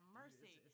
mercy